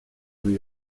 new